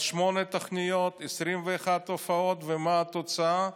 שמונה תוכניות, 21 הופעות, ומה התוצאה?